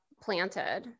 planted